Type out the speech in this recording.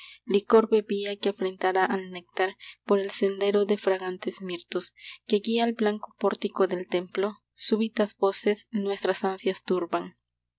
licor bebía que afrentara al néctar por el sendero de fragantes mirtos que guía al blanco pórtico del templo súbitas voces nuestras ansias turban